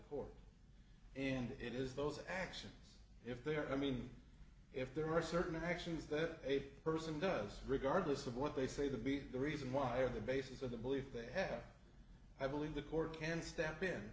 court and it is those actions if they are i mean if there are certain actions that a person does regardless of what they say to be the reason why or the basis of the belief they have i believe the court can step in